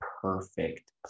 perfect